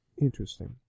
Interesting